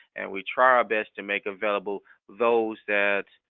and we try our best to make available those that,